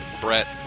Brett